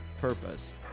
purpose